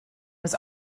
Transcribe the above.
was